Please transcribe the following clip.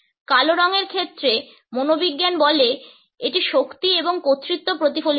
কালো রঙের ক্ষেত্রে মনোবিজ্ঞান বলে যে এটি শক্তি এবং কর্তৃত্ব প্রতিফলিত করে